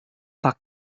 pak